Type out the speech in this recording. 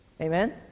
Amen